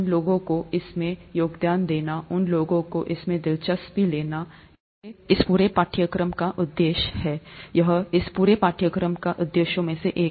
उन लोगों को इसमें योगदान देना उन लोगों को इसमें दिलचस्पी लेना इस पूरे पाठ्यक्रम का उद्देश्य है या इस पूरे पाठ्यक्रम के उद्देश्यों में से एक